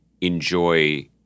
enjoy